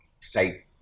say